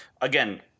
Again